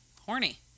Horny